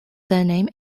surname